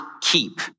keep